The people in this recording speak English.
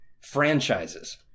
franchises